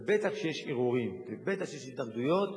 ובוודאי, כשיש ערעורים וכשיש התנגדויות,